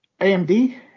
AMD